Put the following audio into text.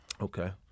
okay